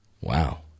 Wow